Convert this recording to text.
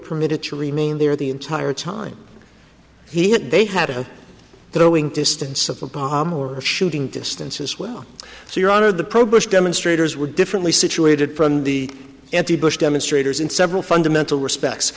permitted to remain there the entire time he had they had that owing to stance of the bomb or shooting distances well so your honor the progress demonstrators were differently situated from the anti bush demonstrators in several fundamental respects